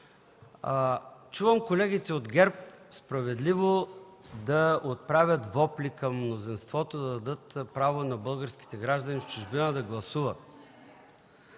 Чувам колегите от ГЕРБ справедливо да отправят вопли към мнозинството – да дадат право на българските граждани в чужбина да гласуват.